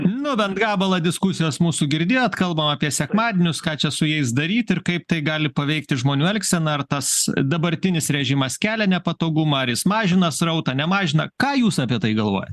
nu bent gabalą diskusijos mūsų girdėjot kalbam apie sekmadienius ką čia su jais daryt ir kaip tai gali paveikti žmonių elgseną ar tas dabartinis režimas kelia nepatogumą ar jis mažina srautą nemažina ką jūs apie tai galvoja